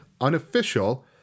unofficial